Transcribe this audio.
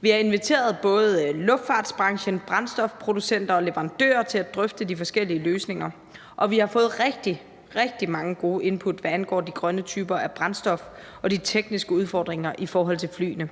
Vi har inviteret både luftfartsbranchen, brændstofproducenter og leverandører til at drøfte de forskellige løsninger, og vi har fået rigtig, rigtig mange gode input, hvad angår de grønne typer af brændstof og de tekniske udfordringer i forhold til flyene.